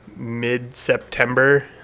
mid-September